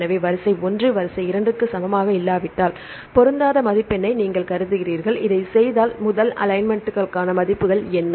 எனவே வரிசை 1 வரிசை 2 க்கு சமமாக இல்லாவிட்டால் பொருந்தாத மதிப்பெண்ணை நீங்கள் கருதுகிறீர்கள் இதைச் செய்தால் முதல் அலைன்மென்ட்களுக்கான மதிப்பெண் என்ன